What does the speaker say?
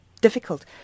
difficult